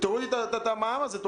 תורידו את המע"מ הזה.